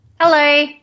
Hello